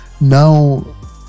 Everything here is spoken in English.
now